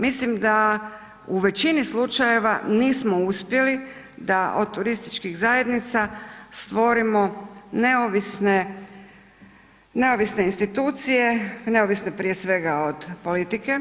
Mislim da u većini slučajeva nismo uspjeli da od turističkih zajednica stvorimo neovisne institucije, neovisne prije svega od politike,